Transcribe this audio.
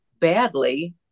badly